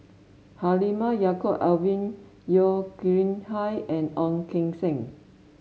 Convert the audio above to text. Halimah Yacob Alvin Yeo Khirn Hai and Ong Keng Sen